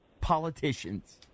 politicians